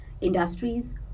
industries